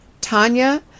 tanya